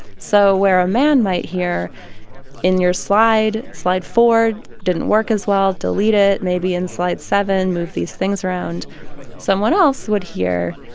so where a man might hear in your slide, slide four didn't work as well, delete it, maybe in slide seven, move these things around someone else would hear,